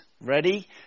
ready